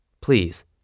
please